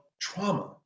trauma